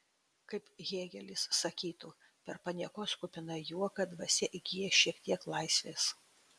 kaip hėgelis sakytų per paniekos kupiną juoką dvasia įgyja šiek tiek laisvės